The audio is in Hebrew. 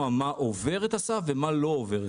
מה עובר את הסף ומה לא עובר את הסף.